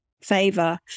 favor